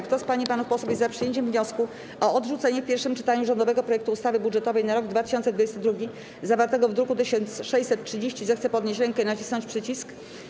Kto z pań i panów posłów jest za przyjęciem wniosku o odrzucenie w pierwszym czytaniu rządowego projektu ustawy budżetowej na rok 2022, zawartego w druku nr 1630, zechce podnieść rękę i nacisnąć przycisk.